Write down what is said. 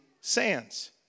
sands